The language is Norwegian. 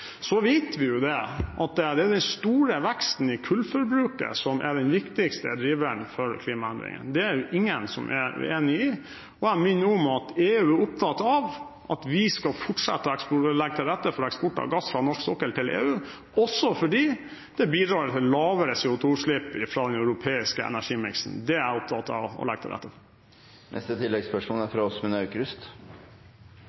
Så vet vi at det er denne store veksten i kullforbruket som er den viktigste driveren for klimaendringer – det er det ingen som er uenig i. Jeg minner om at EU er opptatt av at vi skal fortsette å legge til rette for eksport av gass fra norsk sokkel til EU, også fordi det bidrar til lavere CO2-utslipp fra den europeiske energimiksen. Det er jeg opptatt av å legge til rette for. Det blir oppfølgingsspørsmål – Åsmund Aukrust.